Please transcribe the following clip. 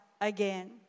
again